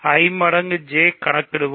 I மடங்கு J கணக்கிடுவோம்